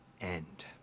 end